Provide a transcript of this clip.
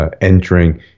entering